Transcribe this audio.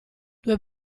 due